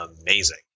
amazing